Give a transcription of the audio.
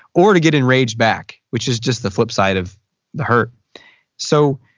or to get enraged back. which is just the flip side of the hurt so